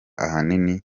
ahanini